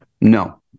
No